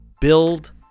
build